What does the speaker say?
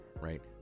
right